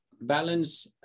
balance